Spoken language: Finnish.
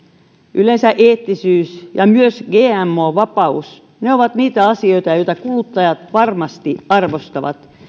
yleensä eettisyys ja myös gmo vapaus ovat niitä asioita joita kuluttajat varmasti arvostavat